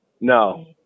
No